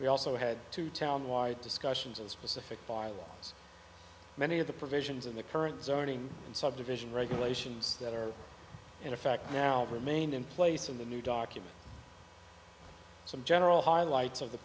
we also had to town wide discussions as specific bylaws many of the provisions in the current zoning and subdivision regulations that are in effect now remain in place in the new document some general highlights of the